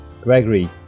Gregory